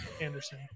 Anderson